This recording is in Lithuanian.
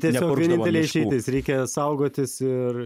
tiesiog vienintelė išeitis reikia saugotis ir